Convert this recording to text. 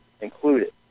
included